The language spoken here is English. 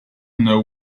know